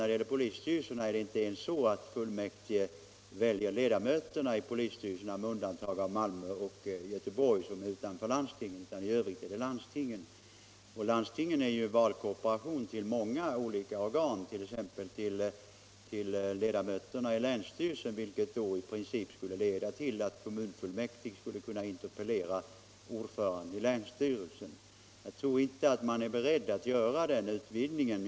Beträffande polisstyrelserna är det inte ens så att fullmäktige väljer ledamöterna där — med undantag för Malmö, Göteborg och Gotland, som är utanför landstingen. I övrigt är det lands 19 Nr 53 tingen som väljer. Landstingen är ju valkorporation till många olika organ, Onsdagen den t.ex. för vissa ledamöter i länsstyrelsen. Det skulle då i princip leda 21 januari 1976 till att kommunfullmäktig skulle kunna interpellera ordföranden i gosa JÖRYINISEN. Om vidgad Jag tror inte att man är beredd att göra den utvidgningen.